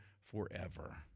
forever